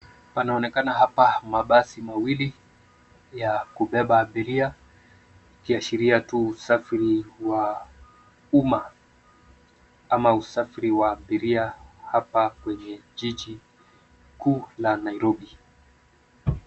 Panaonekana hapa mabasi mawili ya kubeba abiria ikiashiria tu usafiri wa umma ama usafiri wa abiria hapa kwenye jiji kuu la Nairobi.